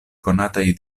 konataj